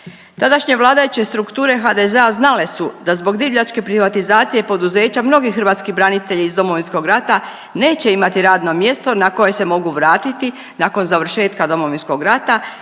Tadašnje vladajuće strukture HDZ-a znale su da zbog divljačke privatizacije poduzeća mnogi hrvatski branitelji iz Domovinskog rata neće imati radno mjesto na koje se mogu vratiti nakon završetka Domovinskog rata